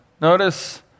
notice